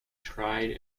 tried